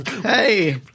Hey